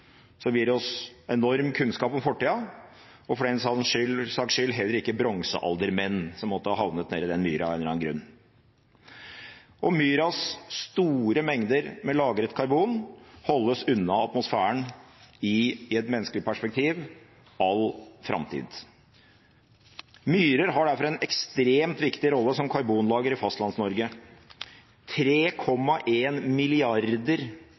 som gir oss enorm kunnskap om fortida, og for den sakens skyld heller ikke bronsealder-menn som måtte ha havnet nedi den myra av en eller annen grunn. Myras store mengder med lagret karbon holdes unna atmosfæren i – i et menneskelig perspektiv – all framtid. Myrer har derfor en ekstremt viktig rolle som karbonlager i Fastlands-Norge. 3,1 milliarder